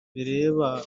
bireba